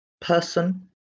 person